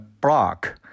block